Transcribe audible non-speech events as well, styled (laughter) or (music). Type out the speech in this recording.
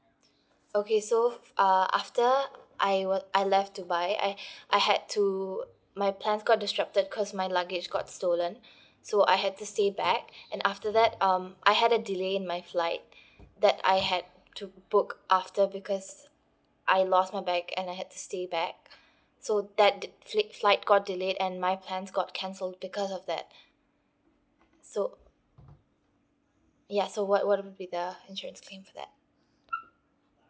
okay so uh after I will I left dubai I (breath) I had to my plans got disrupted cause my luggage got stolen (breath) so I had to stay back and after that um I had a delay in my flight that I had to book after because I lost my bag and I had to stay back (breath) so that did flight got delayed and my plans got cancelled because of that so ya so what what would be the insurance claim for that